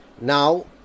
Now